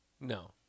No